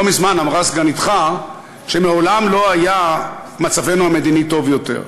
לא מזמן אמרה סגניתך שמעולם לא היה מצבנו המדיני טוב יותר.